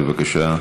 בבקשה,